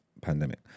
pandemic